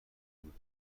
بود